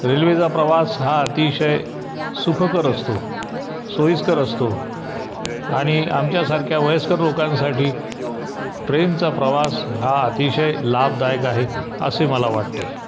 रेल्वेचा प्रवास हा अतिशय सुखकर असतो सोईस्कर असतो आणि आमच्यासारख्या वयस्कर लोकांसाठी ट्रेनचा प्रवास हा अतिशय लाभदायक आहे असे मला वाटते